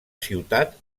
ciutat